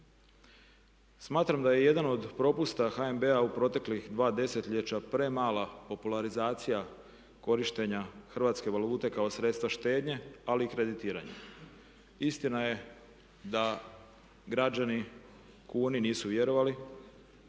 Smatram da je jedan od propusta HNB-a proteklih dva desetljeća premala popularizacija korištenja hrvatske valute kao sredstva štednje ali i kreditiranja. Istina je da građani kuni nisu vjerovali,